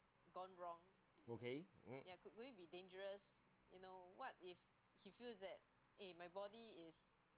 okay mm